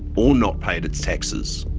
or not paid its taxes.